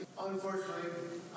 Unfortunately